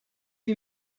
wie